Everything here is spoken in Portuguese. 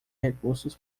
recursos